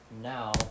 Now